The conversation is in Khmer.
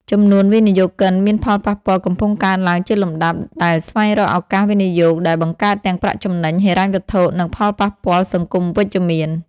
ចំនួនវិនិយោគិនមានផលប៉ះពាល់កំពុងកើនឡើងជាលំដាប់ ដែលស្វែងរកឱកាសវិនិយោគដែលបង្កើតទាំងប្រាក់ចំណេញហិរញ្ញវត្ថុ និងផលប៉ះពាល់សង្គមវិជ្ជមាន ។